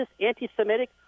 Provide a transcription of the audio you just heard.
anti-Semitic